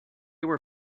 were